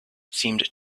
seemed